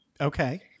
Okay